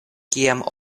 kiam